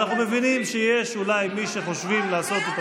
אנחנו מבינים שיש אולי מי שחושבים לעשות איתו